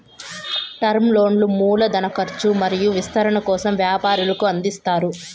term లోన్లు మూల ధన కర్చు మరియు విస్తరణ కోసం వ్యాపారులకు అందిస్తారు